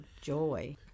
joy